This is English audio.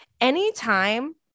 Anytime